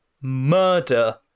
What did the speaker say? murder